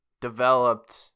developed